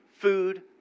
food